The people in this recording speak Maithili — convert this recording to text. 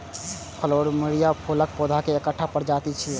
प्लुमेरिया फूलक पौधा के एकटा प्रजाति छियै